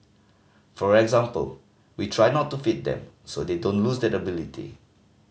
for example we try not to feed them so they don't lose that ability